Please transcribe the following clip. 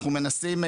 אנחנו מנסים,